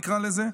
נקרא לזה.